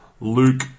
Luke